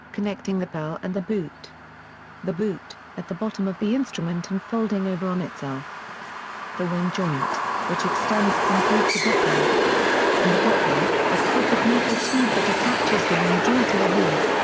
connecting the bell and the boot the boot, at the bottom of the instrument and folding over on itself the wing joint, which extends from boot to bocal and the bocal, a crooked metal tube that attaches the wing joint to a reed.